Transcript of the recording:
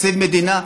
תקציב מדינה,